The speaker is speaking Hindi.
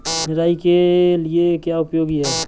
निराई के लिए क्या उपयोगी है?